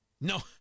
No